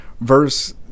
Verse